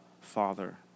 Father